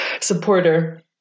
supporter